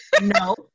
No